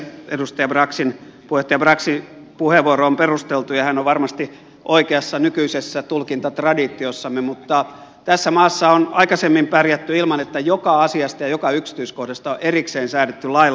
puheenjohtaja braxin puheenvuoro on perusteltu ja hän on varmasti oikeassa nykyisessä tulkintatraditiossamme mutta tässä maassa on aikaisemmin pärjätty ilman että joka asiasta ja joka yksityiskohdasta on erikseen säädetty lailla